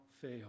fail